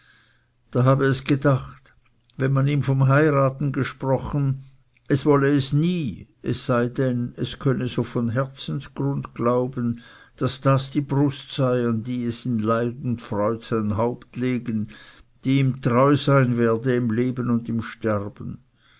da habe es gedacht wenn man ihm vom heiraten gesprochen es wolle es nie es sei denn es könne so von herzensgrund glauben daß das die brust sei an die es in leid und freud sein haupt legen die ihm treu sein werde im leben und im sterben